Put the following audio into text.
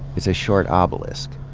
it's a short ah obelisk,